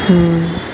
हम्म